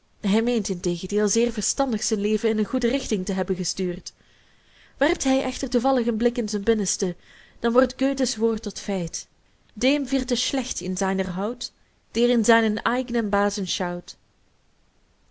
hij meent integendeel zeer verstandig zijn leven in een goede richting te hebben gestuurd werpt hij echter marcellus emants een drietal novellen toevallig een blik in zijn binnenste dan wordt goethe's woord tot feit dem wird es schlecht in seiner haut der in seinen eignen